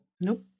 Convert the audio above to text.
Nope